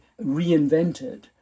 reinvented